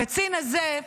הקצין הזה,